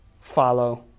follow